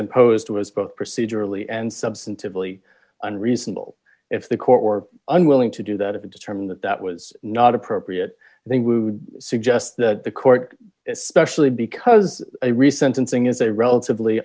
imposed was both procedurally and substantively unreasonable if the court or unwilling to do that if it determined that that was not appropriate then we would suggest that the court especially because a recent unsing is a relatively